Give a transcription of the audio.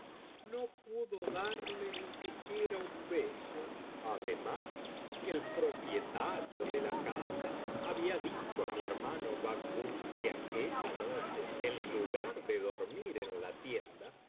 no pudo darle ni siquiera un beso biblioteca valenciana generalitat valenciana historia del jorobado además el propietario de la casa había dicho á mi hermano bacbuk que aquella noche en lugar de dormir en la tienda